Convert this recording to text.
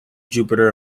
jupiter